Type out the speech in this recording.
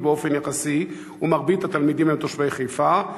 באופן יחסי ומרבית התלמידים הם תושבי חיפה?